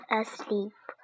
asleep